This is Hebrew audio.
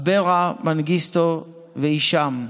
אברה מנגיסטו והישאם.